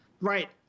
right